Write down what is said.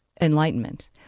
enlightenment